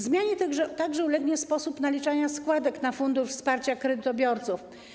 Zmianie także ulegnie sposób naliczania składek na Fundusz Wsparcia Kredytobiorców.